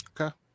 Okay